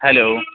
hello